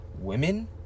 women